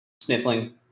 sniffling